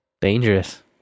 Dangerous